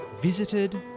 visited